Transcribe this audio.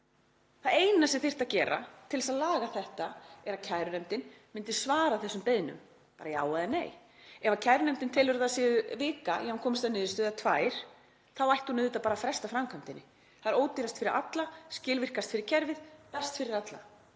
Það eina sem þyrfti að gera til að laga þetta er að kærunefndin myndi svara þessum beiðnum, bara já eða nei. Ef kærunefndin telur að það sé vika eða tvær vikur í að hún komist að niðurstöðu þá ætti hún auðvitað bara að fresta framkvæmdinni. Það er ódýrast fyrir alla, skilvirkast fyrir kerfið, best fyrir alla.